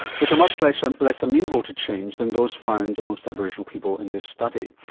which are much less and less amenable to change than those found amongst aboriginal people in this study.